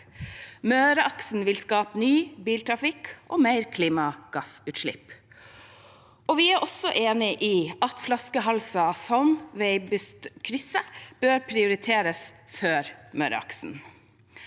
Møreaksen vil skape ny biltrafikk og mer klimagassutslipp. Vi er også enig i at flaskehalser som Veibustkrysset bør prioriteres før Møreaksen.